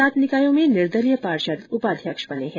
सात निकायों में निर्दलीय पार्षद उपाध्यक्ष बने हैं